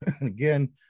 Again